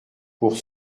pour